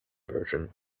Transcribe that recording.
version